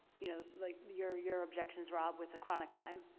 you know like your your objections rob with the chronic lyme?